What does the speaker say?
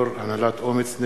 יושב-ראש הנהלת אומ"ץ,